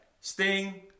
Sting